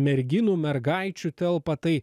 merginų mergaičių telpa tai